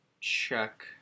check